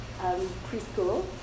preschool